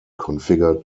configured